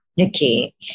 Okay